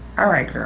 alright,